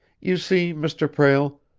you see, mr. prale,